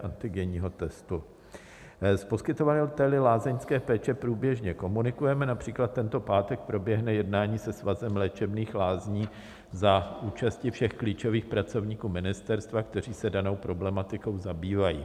S poskytovateli lázeňské péče průběžně komunikujeme, například tento pátek proběhne jednání se Svazem léčebných lázní za účasti všech klíčových pracovníků ministerstva, kteří se danou problematikou zabývají.